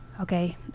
okay